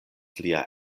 lia